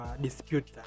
dispute